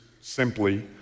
simply